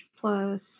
plus